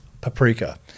Paprika